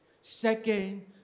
Second